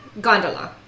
gondola